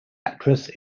actress